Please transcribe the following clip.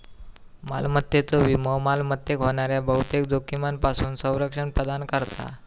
मालमत्तेचो विमो मालमत्तेक होणाऱ्या बहुतेक जोखमींपासून संरक्षण प्रदान करता